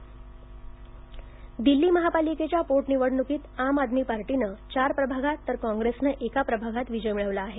दिल्ली महापालिका दिल्ली महापालिकेच्या पोट निवडण्कीत आम आदमी पार्टीनं चार प्रभागात तर काँग्रेसनं एका प्रभागात विजय मिळवला आहे